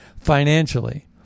financially